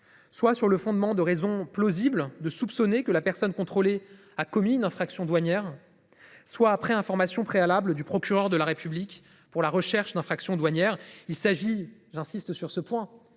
Soit sur le fondement de raisons plausibles de soupçonner que la personne contrôlée a commis une infraction douanière. Soit après information préalable du procureur de la République pour la recherche d'infractions douanières. Il s'agit, j'insiste sur ce point